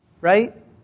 Right